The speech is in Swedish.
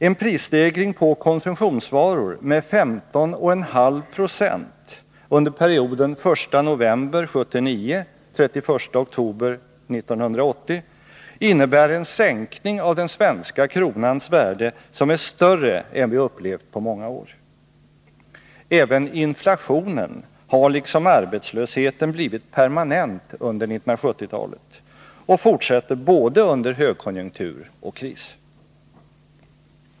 En prisstegring på konsumtionsvaror med 15,5 Z0 under perioden den 1 november 1979 — den 31 oktober 1980 innebär en sänkning av den svenska kronans värde som är större än vi upplevt på många år. Även inflationen har liksom arbetslösheten blivit permanent under 1970-talet och fortsätter både under högkonjunktur och kris.